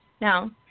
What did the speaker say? Now